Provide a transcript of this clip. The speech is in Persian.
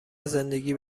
زندگی